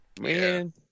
Man